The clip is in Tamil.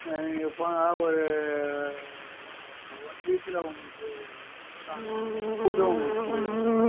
இல்லை நீங்கள் போங்க ஒரு ஒன் வீக்கில் உங்களுக்கு வந்துரும் நான் கூப்பிட்டு உங்களுக்கு கொடுக்குறேன்